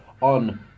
on